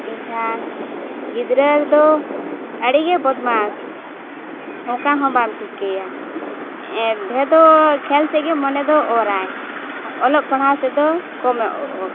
ᱮᱱᱠᱷᱟᱱ ᱜᱤᱫᱽᱨᱟᱹ ᱨᱮᱫᱚ ᱟᱹᱰᱤᱜᱮ ᱵᱚᱫᱢᱟᱥ ᱚᱠᱟ ᱦᱚᱸ ᱵᱟᱢ ᱴᱷᱤᱠᱟᱹᱭᱟ ᱰᱷᱮᱨ ᱫᱚ ᱠᱷᱮᱞ ᱥᱮᱫ ᱜᱮ ᱢᱚᱱᱮ ᱫᱚᱭ ᱚᱨᱟᱭ ᱚᱞᱚᱜ ᱯᱟᱲᱦᱟᱣ ᱥᱮᱫ ᱫᱚ ᱠᱚᱢᱮ ᱚᱨᱟᱭ